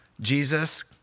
Jesus